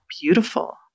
beautiful